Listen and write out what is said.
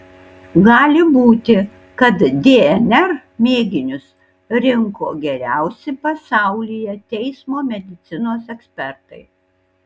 gali būti kad dnr mėginius rinko geriausi pasaulyje teismo medicinos ekspertai